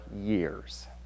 years